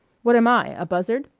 what am i a buzzard?